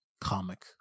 comic